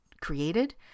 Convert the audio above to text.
created